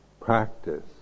practice